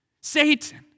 Satan